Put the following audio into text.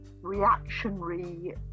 reactionary